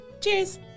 Cheers